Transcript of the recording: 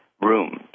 rooms